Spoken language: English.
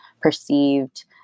perceived